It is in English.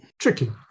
Tricky